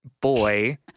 boy